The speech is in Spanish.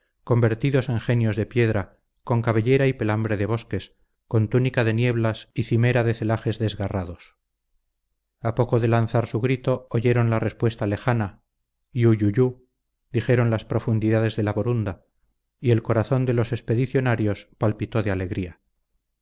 convertidos en genios de piedra con cabellera y pelambre de bosques con túnica de nieblas y cimera de celajes desgarrados a poco de lanzar su grito oyeron la respuesta lejana hiújujú dijeron las profundidades de la borunda y el corazón de los expedicionarios palpitó de alegría